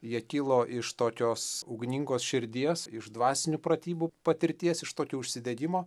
jie kilo iš tokios ugningos širdies iš dvasinių pratybų patirties iš tokio užsidegimo